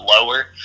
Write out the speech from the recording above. lower